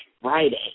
Friday